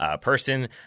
person